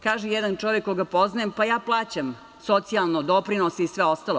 Kaže jedan čovek koga poznajem – pa ja plaćam socijalno, doprinose i sve ostalo.